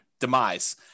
demise